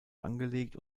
angelegt